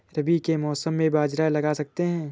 रवि के मौसम में बाजरा लगा सकते हैं?